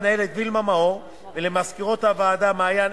המנהלת וילמה מאור ומזכירות הוועדה מעיין,